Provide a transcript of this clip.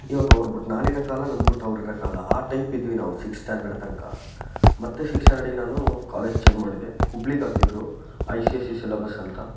ಇವಾಗ ಅವ್ರ ಬಿಟ್ ನಾನು ಇರಕ್ಕಾಗಲ್ಲ ನನ್ನ ಬಿಟ್ ಅವರಿರಕ್ಕಾಗಲ್ಲ ಆ ಟೈಪ್ ಇದ್ವಿ ನಾವು ಸಿಕ್ಸ್ತ್ ಸ್ಟ್ಯಾಂಡರ್ಡ್ ತನಕ ಮತ್ತೆ ಸಿಕ್ಸ್ತ್ ಸ್ಟ್ಯಾಂಡರ್ಡಿಗೆ ನಾನು ಕಾಲೇಜ್ ಚೇಂಜ್ ಮಾಡಿದೆ ಹುಬ್ಬಳಿಗೆ ಹಾಕಿದ್ದರು I C I S C syllabus ಅಂತ